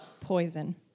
poison